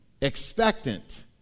Expectant